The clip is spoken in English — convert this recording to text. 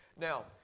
Now